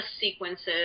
sequences